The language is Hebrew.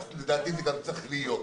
ולדעתי ככה זה גם צריך להיות.